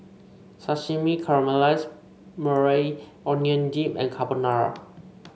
Sashimi Caramelized Maui Onion Dip and Carbonara